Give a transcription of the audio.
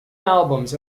albums